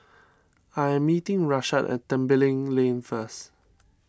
I am meeting Rashaad at Tembeling Lane first